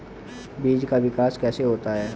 बीज का विकास कैसे होता है?